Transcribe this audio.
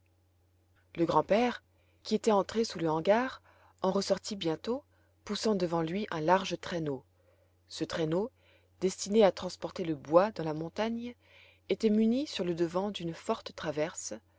le grand-père qui était entré sous le hangar en ressortit bientôt poussant devant lui un large traîneau ce traîneau destiné à transporter le bois dans la montagne était muni sur le devant d'une forte traverse